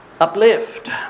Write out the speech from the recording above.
uplift